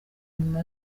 inyuma